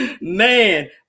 Man